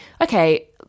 okay